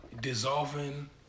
dissolving